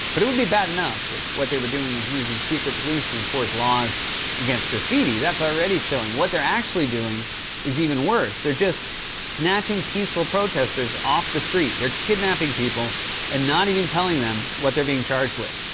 but it would be bad enough if what they were doing was using secret police to enforce laws against graffiti. that's already chilling. what they're actually doing is even worse. they're just snatching peaceful protesters off the street. they're kidnapping people and not even telling them what they're being charged with.